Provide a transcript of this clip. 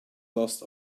lost